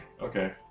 Okay